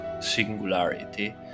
singularity